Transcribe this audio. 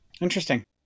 Interesting